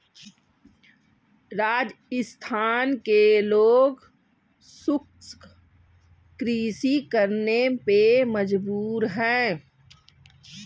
राजस्थान के लोग शुष्क कृषि करने पे मजबूर हैं